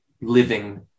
living